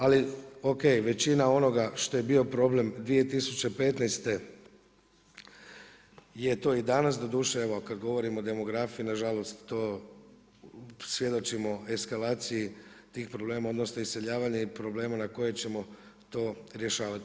Ali OK, većina onoga što je bio problem 2015. je to i danas, doduše evo ako govorimo o demografiji nažalost to svjedočimo eskalaciji tih problema, odnosno iseljavanje i probleme na koje ćemo to rješavati.